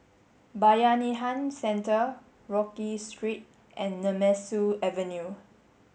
Bayanihan Centre Rodyk Street and Nemesu Avenue